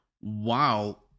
wow